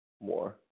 more